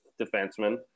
defenseman